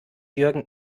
jürgen